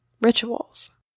rituals